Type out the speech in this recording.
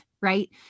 right